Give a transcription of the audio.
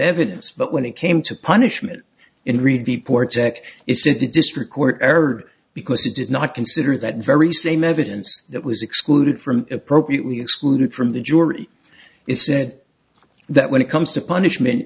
evidence but when it came to punishment in read reports it said the district court error because he did not consider that very same evidence that was excluded from appropriately excluded from the jury it said that when it comes to punishment